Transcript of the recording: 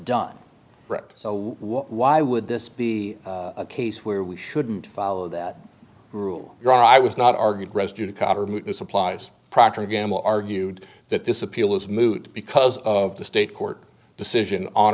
done so why would this be a case where we shouldn't follow that rule your eye was not argued supplies procter and gamble argued that this appeal is moot because of the state court decision on